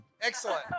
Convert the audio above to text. Excellent